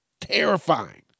Terrifying